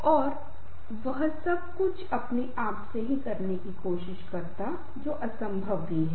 अब अंत में मैं यह उल्लेख करना चाहूंगा कि हाँ संघर्ष हैं